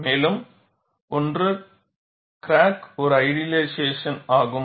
மேலும் ஒன்று கிராக் ஒரு ஐடியலைசேஷன் ஆகும்